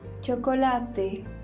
Chocolate